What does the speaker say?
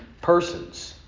persons